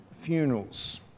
funerals